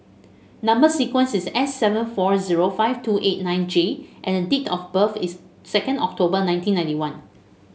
number sequence is S seven four zero five two eight nine J and date of birth is second October nineteen ninety one